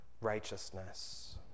righteousness